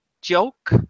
joke